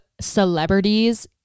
celebrities